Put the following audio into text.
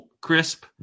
crisp